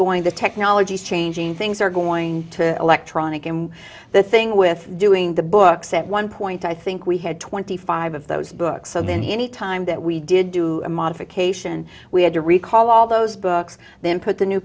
going the technology is changing things are going to electronic and the thing with doing the books at one point i think we had twenty five of those books and then any time that we did do a modification we had to recall all those books then put the new